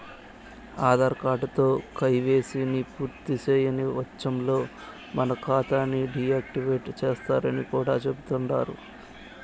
ఆదార్ కార్డుతో కేవైసీని పూర్తిసేయని వచ్చంలో మన కాతాని డీ యాక్టివేటు సేస్తరని కూడా చెబుతండారు